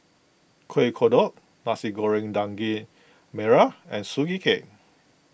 Kuih Kodok Nasi Goreng Daging Merah and Sugee Cake